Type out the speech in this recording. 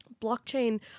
Blockchain